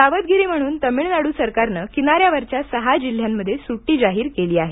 सावधगिरी म्हणून तमिळनाडू सरकारनं किनाऱ्यावरच्या सहा जिल्ह्यांमध्ये सुटी जाहीर केली आहे